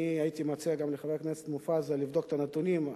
אני הייתי מציע גם לחבר הכנסת מופז לבדוק את הנתונים.